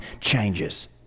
changes